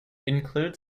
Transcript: includes